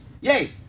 Yay